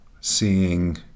seeing